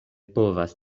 povas